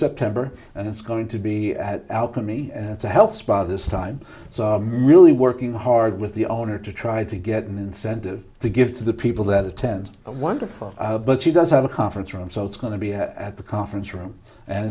september and it's going to be alchemy and it's a health spa this time so really working hard with the owner to try to get an incentive to give to the people that attend a wonderful but she does have a conference room so it's going to be at the conference room and